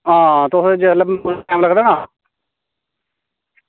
आं तुस जेल्लै मिगी फोन लगदा ना